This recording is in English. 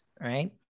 right